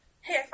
Hey